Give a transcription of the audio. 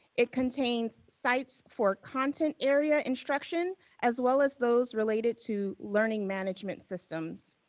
it contains sites for content area instruction as well as those related to learning management systems.